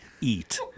Eat